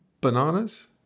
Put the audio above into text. bananas